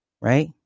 Right